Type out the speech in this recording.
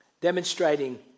demonstrating